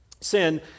sin